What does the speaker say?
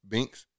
Binks